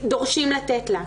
דורשים לתת להן.